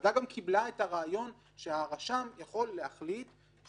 והוועדה גם קיבלה את הרעיון שהרשם יכול להחליט שהוא